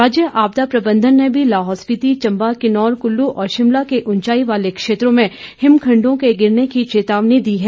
राज्य आपदा प्रबंधन ने भी लाहौल स्पीति चंबा किन्नौर कुल्लू और शिमला के उंचाई वाले क्षेत्रों में हिमखंडों के गिरने की चेतावनी दी है